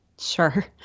sure